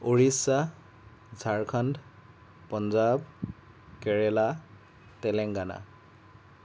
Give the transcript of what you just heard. Orissa Jharkhand Punjab Kerala Telangana